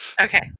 Okay